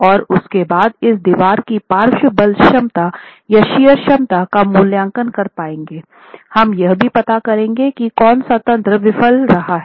और उसके बाद इस दीवार की पार्श्व बल क्षमता या शियर क्षमता का मूल्यांकन कर पाएंगे हम यह भी पता करेंगे है कि कौन सा तंत्र विफल रहा है